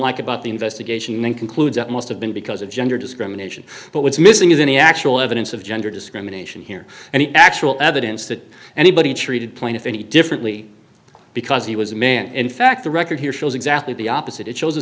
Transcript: like about the investigation and then concludes that must have been because of gender discrimination but what's missing is any actual evidence of gender discrimination here and actual evidence that anybody treated plaintiff any differently because he was a man in fact the record here shows exactly the opposite